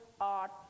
art